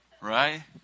Right